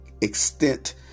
extent